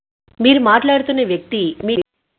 మీరు మాట్లాడుతున్న వ్యక్తి